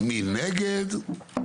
מי נגד?